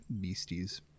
beasties